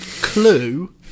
Clue